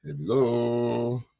Hello